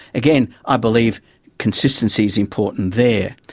again, i believe consistency is important there.